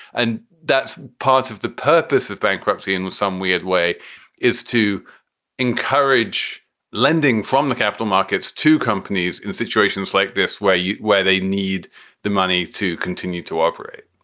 and that's part of the purpose of bankruptcy in some weird way is to encourage lending from the capital markets to companies in situations like this where you where they need the money to continue to operate